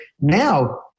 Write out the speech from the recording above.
now